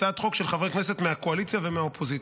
הצעת חוק של חברי כנסת מהקואליציה והאופוזיציה.